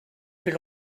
plus